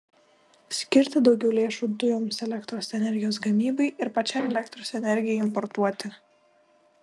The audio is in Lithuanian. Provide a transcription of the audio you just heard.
skirti daugiau lėšų dujoms elektros energijos gamybai ir pačiai elektros energijai importuoti